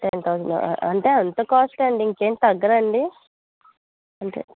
ten థౌసండా అంటే అంత కాస్ట్ అండి ఇంకేమి తగ్గరా అండి అంతే